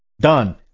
Done